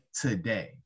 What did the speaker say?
today